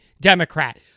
Democrat